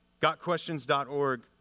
GotQuestions.org